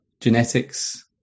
genetics